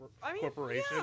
corporation